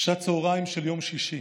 צוהריים של יום שישי,